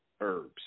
herbs